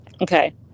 Okay